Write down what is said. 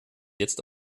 jetzt